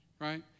right